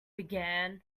began